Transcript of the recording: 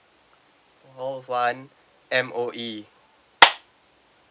call one M_O_E